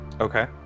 Okay